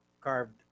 carved